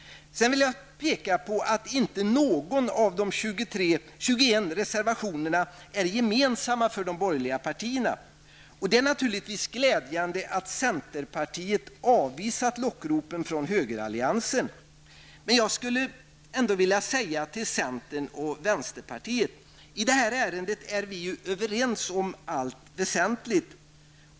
Jag vill också peka på att inte någon av de 21 reservationerna är gemensam för de borgerliga partierna. Det är naturligtvis glädjande att centerpartiet avvisat lockropen från högeralliansen. Jag skulle ändå vilja säga följande till centern och vänsterpartiet. I detta ärende är vi ju överens i allt väsentligt.